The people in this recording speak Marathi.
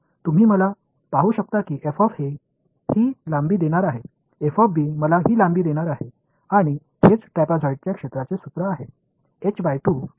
आणि तुम्ही मला पाहू शकता की ही लांबी देणार आहे मला ही लांबी देणार आहे आणि हेच ट्रॅपेझॉइडच्या क्षेत्राचे सूत्र आहे ठीक आहे